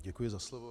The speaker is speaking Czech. Děkuji za slovo.